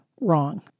wrong